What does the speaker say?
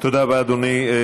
תודה רבה, אדוני.